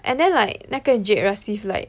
and then like 那个 Jade Rasif like